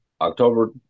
October